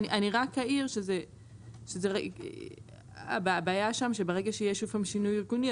אני רק אעיר שהבעיה שם היא שברגע שיהיה שוב שינוי ארגוני,